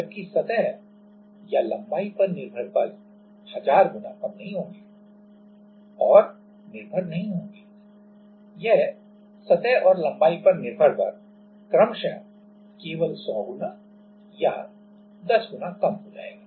जबकि सतह या लंबाई पर निर्भर बल हजार गुना कम नहीं होंगे और निर्भर नहीं होंगे यह सतह और लंबाई पर निर्भर बल क्रमशः केवल 100 गुना या 10 गुना कम हो जाएगा